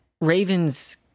Raven's